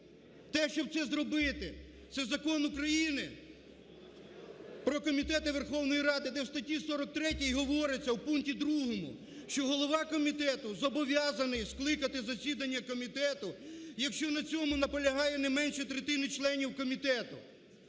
те, щоб це зробити – це Закон України про комітети Верховної Ради, де у статті 43 говориться у пункті другому, що голова комітету зобов'язаний скликати засідання комітету, якщо на цьому наполягає не менше третини членів комітету.